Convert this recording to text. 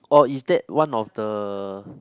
or is that one of the